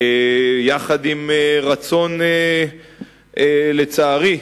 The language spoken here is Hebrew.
יחד עם רצון, לצערי,